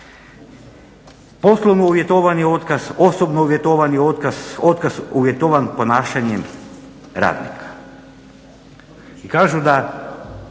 Poslovno uvjetovani otkaz, osobno uvjetovani otkaz, otkaz uvjetovan ponašanjem radnika